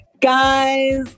Guys